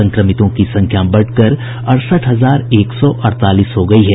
संक्रमितों की संख्या बढ़कर अड़सठ हजार एक सौ अड़तालीस हो गयी है